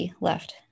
left